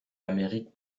amérique